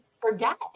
forget